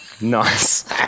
Nice